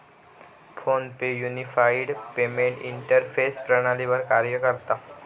phone पे unified payment interface प्रणालीवर कार्य करता